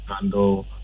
handle